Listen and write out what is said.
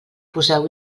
poseu